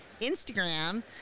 Instagram